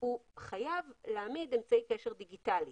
הוא חייב להעמיד אמצעי קשר דיגיטלי.